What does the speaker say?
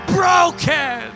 broken